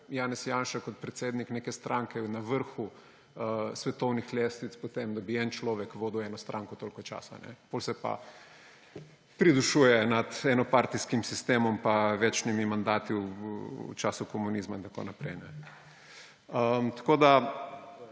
Janez Janša kot predsednik neke stranke na vrhu svetovnih lestvic po tem, da bi en človek vodil eno stranko toliko časa. Potem se pa pritožuje nad enopartijskim sistemom pa večnimi mandati v času komunizma in tako naprej. Odgovorov,